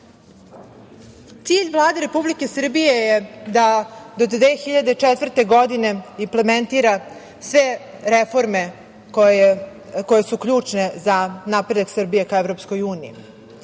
se. Cilj Vlade Republike Srbije je da do 2024. godine implementira sve reforme koje su ključne za napredak Srbije ka EU, a da nakon